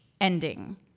ending